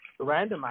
randomize